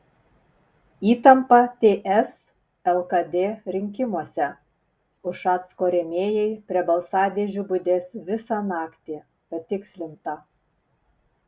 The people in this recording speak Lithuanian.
įtampa ts lkd rinkimuose ušacko rėmėjai prie balsadėžių budės visą naktį patikslinta